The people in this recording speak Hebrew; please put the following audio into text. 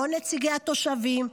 לא נציגי התושבים,